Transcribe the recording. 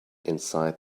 inside